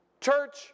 church